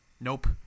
Nope